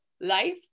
life